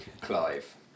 Clive